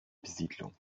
besiedlung